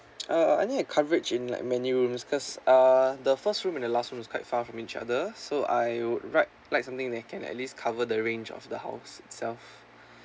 uh I need a coverage in like many rooms cause uh the first room and the last room was quite far from each other so I would like like something that can at least cover the range of the house itself